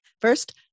first